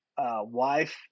Wife